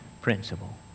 principle